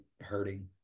hurting